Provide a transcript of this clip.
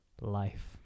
life